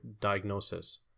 diagnosis